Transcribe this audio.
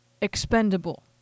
expendable